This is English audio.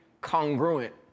congruent